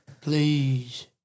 Please